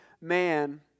man